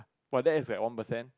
but that is like one percent